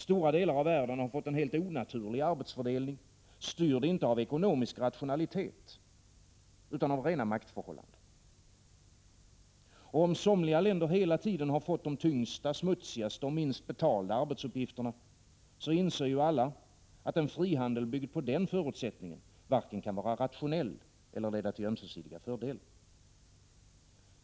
Stora delar av världen har fått en helt onaturlig arbetsfördelning, styrd inte av ekonomisk rationalitet utan av rena maktförhållanden. Om somliga länder hela tiden fått de tyngsta, smutsigaste och minst betalda arbetsuppgifterna, inser alla att en frihandel byggd på den förutsättningen varken kan vara rationell eller leda till ömsesidiga fördelar.